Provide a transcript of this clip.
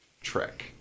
trek